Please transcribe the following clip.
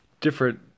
different